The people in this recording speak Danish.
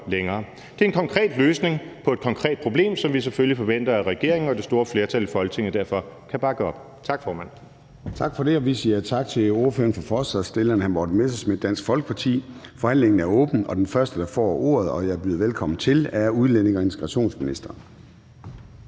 Det er en konkret løsning på et konkret problem, som vi selvfølgelig forventer at regeringen og det store flertal i Folketinget derfor kan bakke op om. Tak, formand.